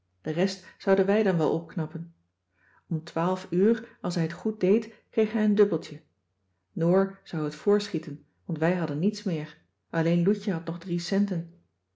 de rest zouden wij dan wel opknappen om twaalf uur als hij het goed deed kreeg hij een dubbeltje noor zou het voorschieten want wij hadden niets meer alleen loutje had nog drie centen